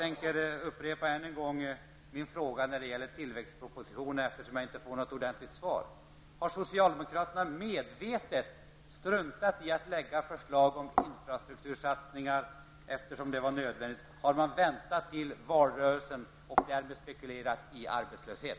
Jag upprepar än en gång mina frågor angående tillväxtpropositionen, eftersom jag inte har fått något ordentligt svar. Har socialdemokraterna medvetet struntat i att lägga fram förslag om nödvändiga infrastruktursatsningar? Har man väntat till valrörelsen för att på så sätt spekulera i arbetslöshet?